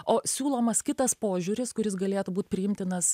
o siūlomas kitas požiūris kuris galėtų būt priimtinas